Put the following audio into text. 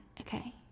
okay